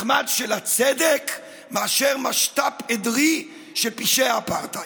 מחמד של הצדק, מאשר משת"פ עדרי של פשעי האפרטהייד.